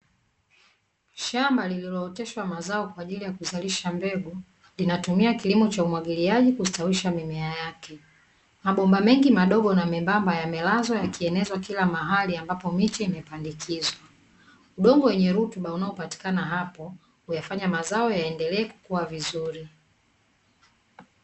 Shamba lililooteshwa mazao kwa ajili ya kuzalisha mbegu linatumia kilimo cha umwagiliaji kustawisha mimea yake. Mabomba mengi madogo na membamba yamelazwa yakienezwa kila mahali ambapo miche imepandikizwa. Udongo wenye rutuba unaopatikana hapo huyafanya mazao yaendelee kukua vizuri.